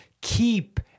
keep